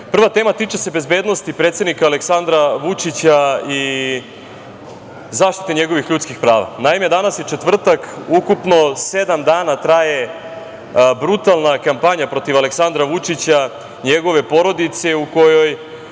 tema tiče se bezbednosti predsednika Aleksandra Vučića i zaštite njegovih ljudskih prava. Naime, danas je četvrtak, ukupno sedam dana traje brutalna kampanja protiv Aleksandra Vučića i njegove porodice u kojoj